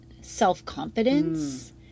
self-confidence